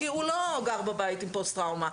כי הוא לא גר בבית עם פוסט טראומה.